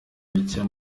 bike